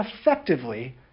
effectively